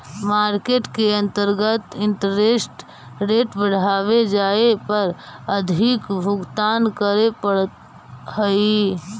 market के अंतर्गत interest rate बढ़वे जाए पर अधिक भुगतान करे पड़ऽ हई